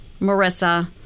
Marissa